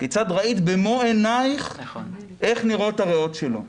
כיצד ראית במו עיניך איך נראות הריאות שלו.